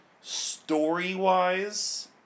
story-wise